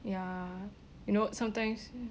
ya you know sometimes